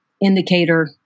indicator